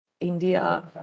India